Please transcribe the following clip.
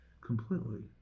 Completely